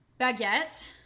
Baguette